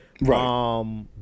right